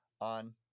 on